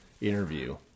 interview